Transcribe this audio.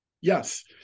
Yes